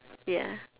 ya